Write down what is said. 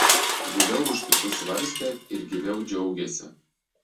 guviau už kitus svarstė ir gyviau džiaugėsi